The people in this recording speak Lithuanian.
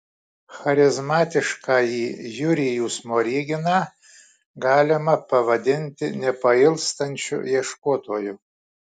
charizmatiškąjį jurijų smoriginą galima pavadinti nepailstančiu ieškotoju